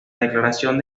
declaración